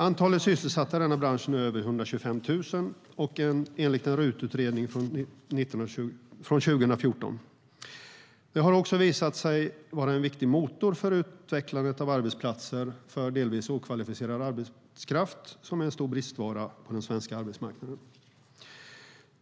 Antalet sysselsatta i denna bransch är nu över 125 000 enligt en RUT-utredning från juni 2014. Avdraget har också visat sig vara en viktig motor för utvecklandet av arbetsplatser för delvis okvalificerad arbetskraft, en stor bristvara på den svenska arbetsmarknaden.